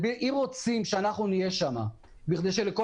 אם רוצים שאנחנו נהיה שם בכדי שלכל